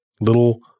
little